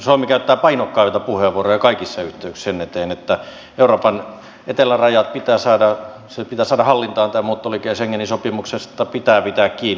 suomi käyttää painokkaita puheenvuoroja kaikissa yhteyksissä sen eteen että euroopan etelärajat pitää saada hallintaan tai muuttoliike ja schengenin sopimuksesta pitää pitää kiinni